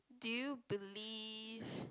do you believe